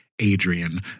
Adrian